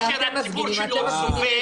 לא לטוס, כאשר הציבור שלו סובל.